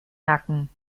nacken